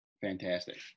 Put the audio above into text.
fantastic